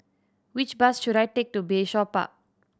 which bus should I take to Bayshore Park